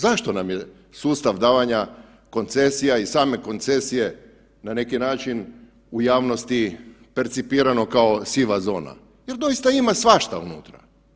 Zašto nam je sustav davanja koncesija i same koncesije na neki način u javnosti percipirano kao siva zona, jer doista ima svašta unutra.